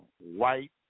white